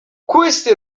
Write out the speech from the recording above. queste